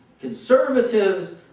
conservatives